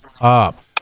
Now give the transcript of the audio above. up